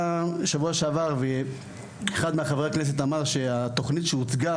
שבוע שעבר ואחד מחברי הכנסת אמר שהתוכנית שהוצגה,